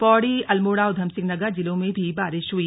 पौड़ी अल्मोड़ा उधमसिंह नगर जिलों में भी बारिश हुई